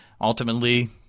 Ultimately